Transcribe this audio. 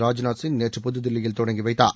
ராஜ்நாத் சி ் நேற்று புதுதில்லியில் தொட்கி வைத்தார்